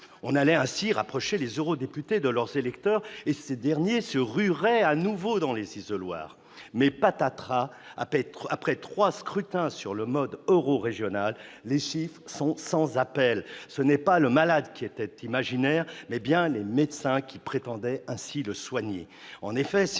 On allait ainsi rapprocher les eurodéputés de leurs électeurs, et ces derniers se rueraient de nouveau dans les isoloirs. Mais patatras, après trois scrutins sur le mode eurorégional, les chiffres sont sans appel : c'est non pas le malade qui était imaginaire, mais bien les médecins qui prétendaient le soigner.